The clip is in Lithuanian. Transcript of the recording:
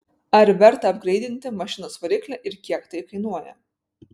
ar verta apgreidinti mašinos variklį ir kiek tai kainuoja